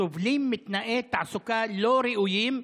הסובלים מתנאי תעסוקה לא ראויים,